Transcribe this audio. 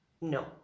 no